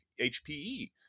HPE